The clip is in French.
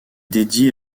dédiée